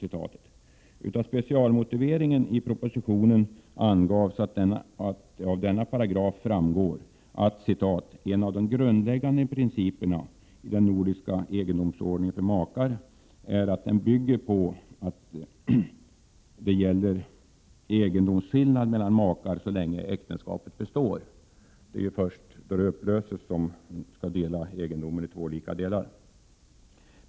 I specialmotiveringen i propositionen angavs att det av denna paragraf framgår att en av de grundläggande principerna i den nordiska egendomsordningen för makar är att den bygger på att det gäller egendomsskillnad mellan makar så länge äktenskapet består. Det är först då äktenskapet upplöses som egendomen skall delas i två lika delar.